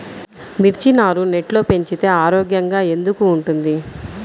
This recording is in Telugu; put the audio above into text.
మిర్చి నారు నెట్లో పెంచితే ఆరోగ్యంగా ఎందుకు ఉంటుంది?